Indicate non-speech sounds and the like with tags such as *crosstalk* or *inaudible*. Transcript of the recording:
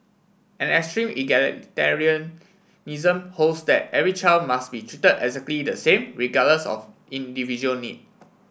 an extreme *unintelligible* holds that every child must be treated exactly the same regardless of individual need